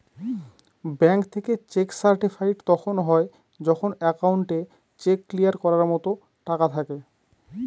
bank থেকে cheque certified তখন হয় যখন একাউন্টে চেক ক্লিয়ার করার মতো টাকা থাকে